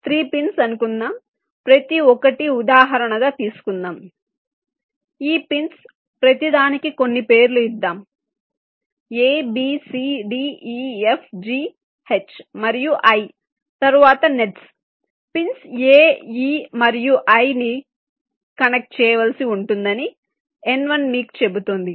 3 pins అనుకుందాం ప్రతి ఒక్కటి ఉదాహరణగా తీసుకుందాం ఈ పిన్స్ ప్రతిదానికి కొన్ని పేర్లు ఇద్దాం abcdefgh మరియు i తరువాత నెట్స్ పిన్స్ a e మరియు i ని కనెక్ట్ చేయవలసి ఉంటుందని N1 మీకు చెబుతుంది